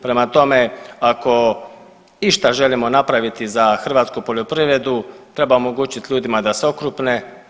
Prema tome, ako išta želimo napraviti za hrvatsku poljoprivredu treba omogućiti ljudima da se okrupne.